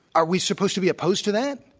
are we supposed to be opposed to that?